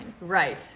Right